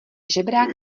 žebrák